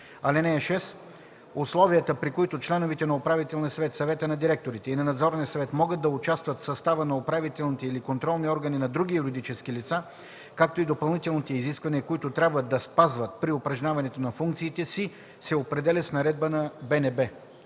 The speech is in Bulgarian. (6) Условията, при които членовете на управителния съвет (съвета на директорите) и на надзорния съвет могат да участват в състава на управителните или контролни органи на други юридически лица, както и допълнителните изисквания, които трябва да спазват при упражняването на функциите си, се определят с наредба на БНБ.”